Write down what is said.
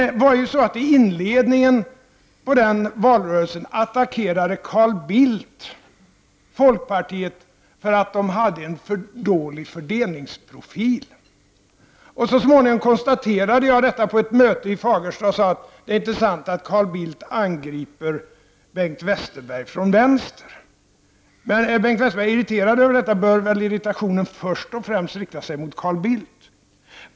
I början av denna valrörelse attakterade Carl Bildt folkpartiet för att det hade en för dålig fördelningsprofil. Så småningom vid ett möte i Fagersta konstaterade jag detta och sade att det inte är sant att Carl Bildt angriper Bengt Westerberg från vänster. Men om Bengt Westerberg är irriterad över detta bör väl irritationen först och främst rikta sig mot Carl Bildt.